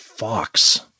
Fox